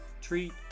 treat